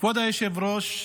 כבוד היושב-ראש,